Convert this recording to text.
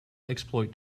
exploit